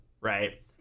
Right